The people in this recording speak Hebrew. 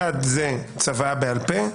אחד זה צוואה בעל-פה,